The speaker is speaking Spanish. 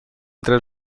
tres